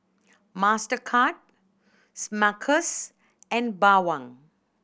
Mastercard Smuckers and Bawang